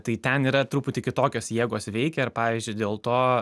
tai ten yra truputį kitokios jėgos veikia ir pavyzdžiui dėl to